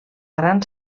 gran